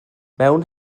mewn